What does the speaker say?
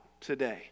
today